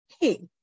Hey